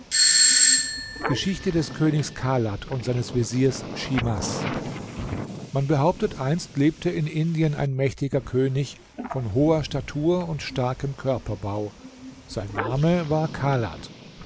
geschichte des königs kalad und seines veziers schimas man behauptet einst lebte in indien ein mächtiger könig von hoher statur und starkem körperbau sein name war kalad